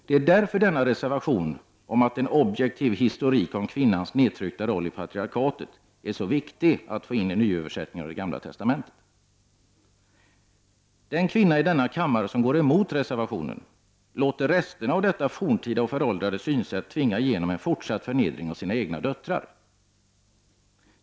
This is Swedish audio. Det är därför denna reservation om att en objektiv historik om kvinnans nedtryckta roll i patriarkatet är så viktig att få in i nyöversättningen av det Gamla testamentet. Den kvinna i denna kammare som går emot reservationen låter resterna av detta forntida och föråldrade synsätt tvinga igenom en fortsatt förnedring av sina egna döttrar.